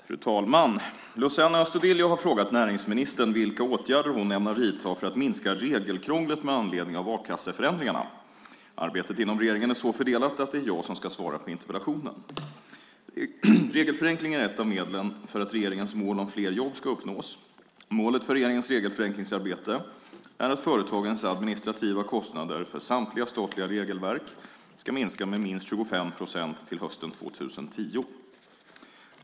Fru talman! Luciano Astudillo har frågat näringsministern vilka åtgärder hon ämnar vidta för att minska regelkrånglet med anledning av a-kasseförändringarna. Arbetet inom regeringen är så fördelat att det är jag som ska svara på interpellationen. Regelförenkling är ett av medlen för att regeringens mål om fler jobb ska uppnås. Målet för regeringens regelförenklingsarbete är att företagens administrativa kostnader för samtliga statliga regelverk ska minska med minst 25 procent till hösten 2010.